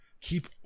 keep